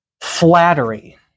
flattery